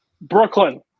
Brooklyn